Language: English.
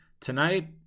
Tonight